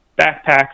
backpacks